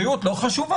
בריאות לא חשובה?